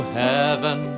heaven